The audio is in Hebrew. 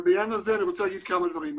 בעניין הזה אני רוצה לומר כמה דברים.